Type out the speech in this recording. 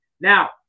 Now